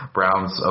Browns